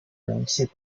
容器